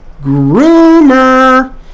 Groomer